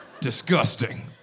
Disgusting